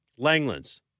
Langlands